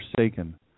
forsaken